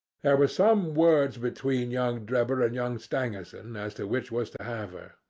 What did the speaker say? there was some words between young drebber and young stangerson as to which was to have her.